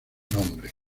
nombre